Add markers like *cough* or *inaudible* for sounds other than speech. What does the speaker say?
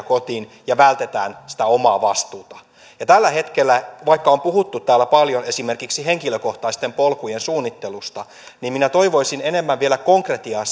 *unintelligible* kotiin ja vältetään sitä omaa vastuuta tällä hetkellä vaikka on puhuttu täällä paljon esimerkiksi henkilökohtaisten polkujen suunnittelusta minä toivoisin enemmän vielä konkretiaa *unintelligible*